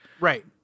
Right